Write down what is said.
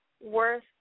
worth